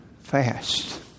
fast